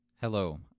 Hello